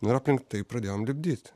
nu ir aplink tai pradėjom lipdyt